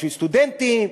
בשביל סטודנטים?